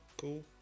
Cool